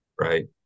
right